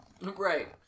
right